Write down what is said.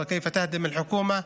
הסוגיות היום-יומיות.